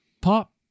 pop